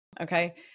Okay